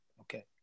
Okay